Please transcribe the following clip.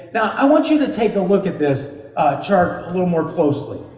yeah i want you to take a look at this chart a little more closely.